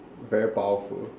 very powerful